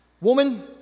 Woman